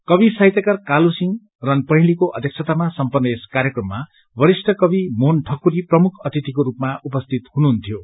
कवि साहित्यकार कालु सिंह रणपहेलीको अध्यक्षतामा सम्पन्न यस कार्यक्रममा वरिष्ठ कवि मोहन ठकुरी प्रमुख अतिथिको रूपमा उपस्थित हुनुहुन्थ्यो